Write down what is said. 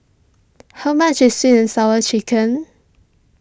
how much is Sweet and Sour Chicken